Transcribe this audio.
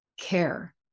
care